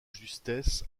justesse